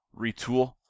retool